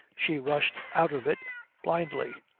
she rushed out of it blindly.